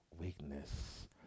weakness